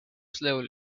slowly